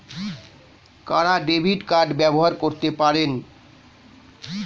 কারা debit card ব্যবহার করতে পারেন?